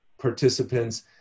participants